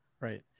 Right